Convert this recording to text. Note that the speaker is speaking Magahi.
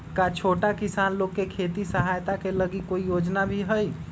का छोटा किसान लोग के खेती सहायता के लगी कोई योजना भी हई?